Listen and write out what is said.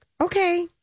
Okay